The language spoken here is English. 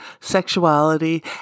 sexuality